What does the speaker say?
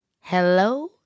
Hello